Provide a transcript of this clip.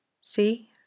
See